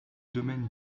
domaine